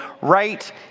Right